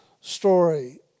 story